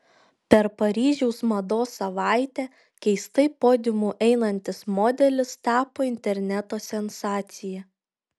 per paryžiaus mados savaitę keistai podiumu einantis modelis tapo interneto sensacija